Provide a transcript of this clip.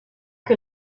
que